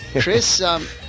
Chris